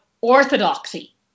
orthodoxy